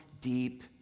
deep